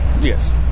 Yes